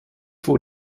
vor